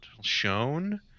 shown